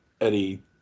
Eddie